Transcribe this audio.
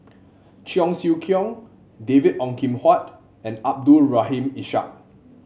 Cheong Siew Keong David Ong Kim Huat and Abdul Rahim Ishak